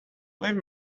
leave